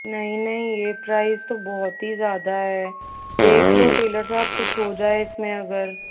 नहीं नहीं ये प्राइस तो बहुत ही ज़्यादा है देख लो टेलर साहब कुछ हो जाए इसमें अगर